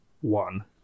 one